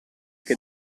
che